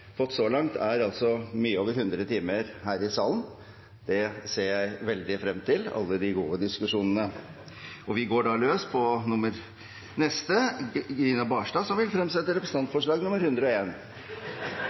fått så langt, utgjør mye over 100 timer her i salen. Det ser jeg veldig frem til – alle de gode diskusjonene. Vi går da løs på neste – Gina Barstad vil fremsette